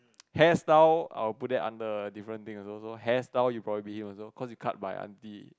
hairstyle I will put it under different thing also so hairstyle you probably beat him also because he cut by aunty